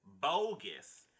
bogus